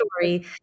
story